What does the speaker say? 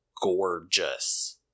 gorgeous